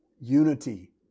unity